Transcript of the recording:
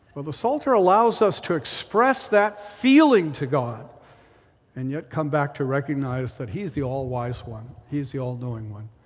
well, the psalter allows us to express that feeling to god and yet come back to recognize that he's the all-wise one. he's the all-knowing one.